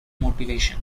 motivation